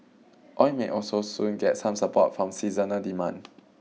oil may also soon get some support from seasonal demand